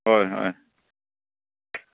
ꯍꯣꯏ ꯍꯣꯏ